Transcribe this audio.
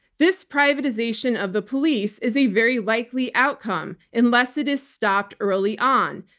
this privatization of the police is a very likely outcome unless it is stopped early on,